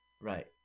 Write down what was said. Right